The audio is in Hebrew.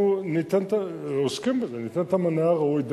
אנחנו ניתן את המענה הראוי.